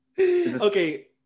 okay